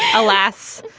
alas,